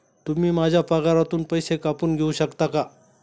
तुम्ही माझ्या पगारातून पैसे कापून घेऊ शकता का?